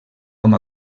com